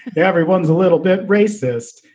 yeah everyone's a little bit racist.